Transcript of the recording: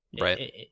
right